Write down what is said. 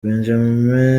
benjame